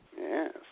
Yes